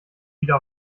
wieder